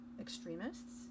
extremists